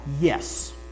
Yes